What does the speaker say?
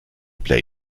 play